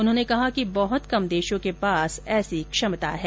उन्होंने कहा कि बहुत कम देशों के पास ऐसी क्षमता है